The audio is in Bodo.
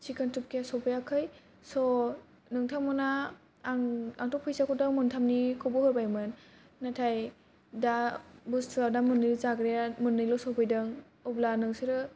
चिकेन थुपकाया सौफैयाखै स' नोंथांमोनहा आं आंथ' दा फैसाखौ मोनथामनिखौबो होबायमोन नाथाय दा बुस्तुआ दा मोननै जाग्राया मोननैल' सोफैदों अब्ला नोंसोरो